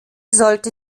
sollte